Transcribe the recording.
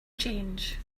change